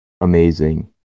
amazing